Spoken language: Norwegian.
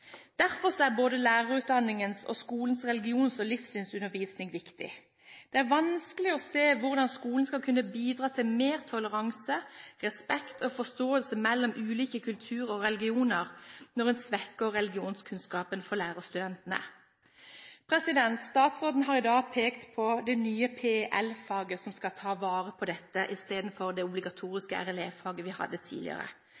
Derfor er både lærerutdanningens og skolens religions- og livssynsundervisning viktig. Det er vanskelig å se hvordan skolen skal kunne bidra til mer toleranse, respekt og forståelse mellom ulike kulturer og religioner, når en svekker religionskunnskapen for lærerstudentene. Statsråden har i dag pekt på det nye PEL-faget, som skal ta vare på dette i stedet for det